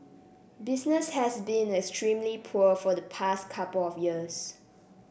business has been extremely poor for the past couple of years